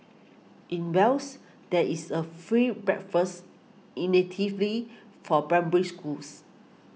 in Wales there is a free breakfast for Primary Schools